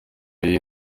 y’iyi